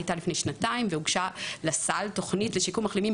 הייתה לפני שנתיים והוגשה לסל תוכנית לשיקום מחלימים.